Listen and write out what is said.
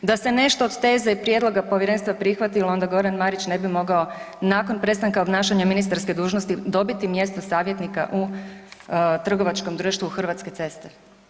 Da se nešto od teze i prijedloga Povjerenstva prihvatilo, onda Goran Marić ne bi mogao nakon prestanka obnašanja ministarske dužnosti dobiti mjesto savjetnica u trgovačkom društvu Hrvatske ceste.